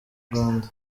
rwanda